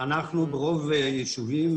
ברוב הישובים,